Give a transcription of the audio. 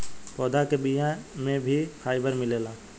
पौधा के बिया में भी फाइबर मिलेला